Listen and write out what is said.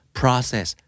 process